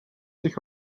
sich